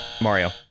Mario